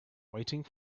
waiting